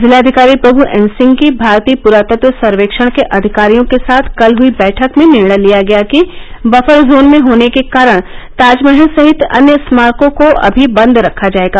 जिलाधिकारी प्रभु एन सिंह की भारतीय पुरातत्व सर्वेक्षण के अधिकारियों के साथ कल हयी बैठक में निर्णय लिया गया कि बफर जोन में होने के कारण ताजमहल सहित अन्य स्मारकों को अभी बन्द रखा जाएगा